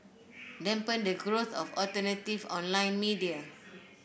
dampen the growth of alternative online media